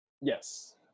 Yes